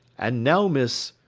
and now, miss,